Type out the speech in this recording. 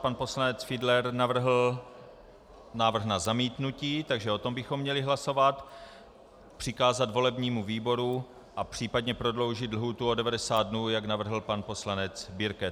Pan poslanec Fiedler navrhl návrh na zamítnutí, takže o tom bychom měli hlasovat, přikázat volebnímu výboru a případně prodloužit lhůtu o 90 dnů, jak navrhl pan poslanec Birke.